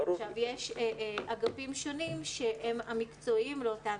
יש אגפים שונים שהם המקצועיים לאותן